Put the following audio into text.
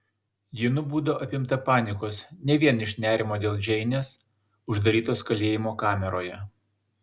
ji nubudo apimta panikos ne vien iš nerimo dėl džeinės uždarytos kalėjimo kameroje